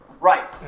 Right